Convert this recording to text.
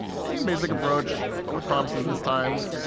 same basic approach. but with promises this time.